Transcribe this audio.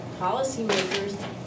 policymakers